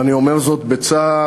ואני אומר זאת בצער.